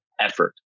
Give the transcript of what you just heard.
effort